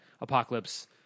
apocalypse